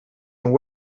een